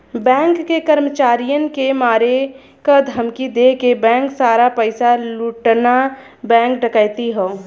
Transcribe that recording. bank के कर्मचारियन के मारे क धमकी देके बैंक सारा पइसा लूटना बैंक डकैती हौ